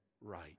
right